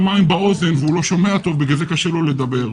מים באוזן והוא לא שומע טוב ולכן קשה לו לדבר.